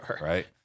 Right